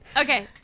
Okay